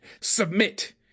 Submit